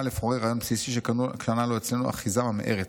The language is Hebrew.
לפורר רעיון בסיסי שקנה לו אצלנו אחיזה ממארת.